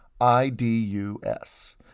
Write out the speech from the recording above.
I-D-U-S